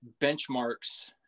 benchmarks